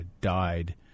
died